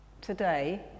Today